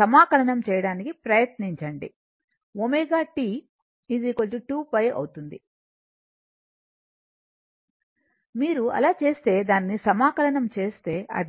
సమాకలనము చేయడానికి ప్రయత్నించండి ωT 2 pi అవుతుంది మీరు అలా చేస్తే దానిని సమాకలనము చేస్తే అది Vm Im 2 cos θ